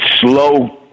slow